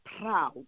proud